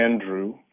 Andrew